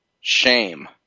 shame